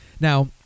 Now